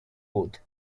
wood